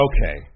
Okay